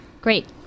Great